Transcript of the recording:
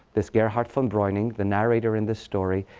this gerhard von breuning, the narrator in this story,